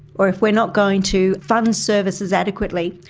or if we are not going to fund services adequately,